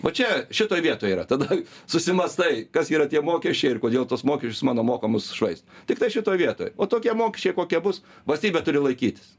va čia šitoj vietoj yra tada susimąstai kas yra tie mokesčiai ir kodėl tuos mokesčius mano mokamus švaisto tiktai šitoj vietoj o tokie mokesčiai kokie bus valstybė turi laikytis